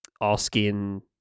asking